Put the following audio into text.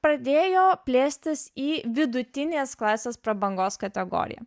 pradėjo plėstis į vidutinės klasės prabangos kategoriją